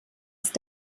ist